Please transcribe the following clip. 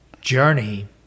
journey